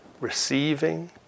receiving